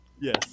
Yes